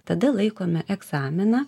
tada laikome egzaminą